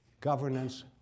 governance